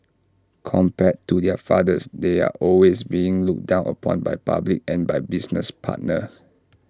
compared to their fathers they're always being looked down upon by public and by business partners